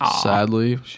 sadly